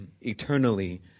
eternally